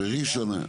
בראשון היה.